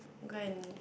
go and